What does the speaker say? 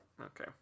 Okay